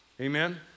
Amen